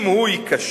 אם הוא ייכשל,